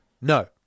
No